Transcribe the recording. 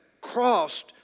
crossed